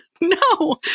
no